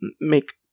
make